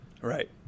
Right